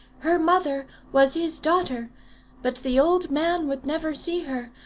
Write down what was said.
her mother was his daughter but the old man would never see her,